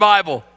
Bible